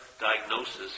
diagnosis